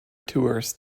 tourist